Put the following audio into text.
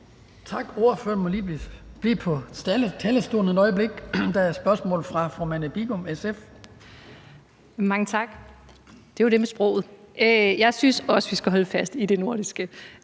Tak. Ordføreren må lige blive på talerstolen et øjeblik; der er et spørgsmål fra fru Marianne Bigum, SF. Kl. 12:13 Marianne Bigum (SF): Mange tak. Det er jo til det med sproget. Jeg synes også, vi skal holde fast i det nordiske.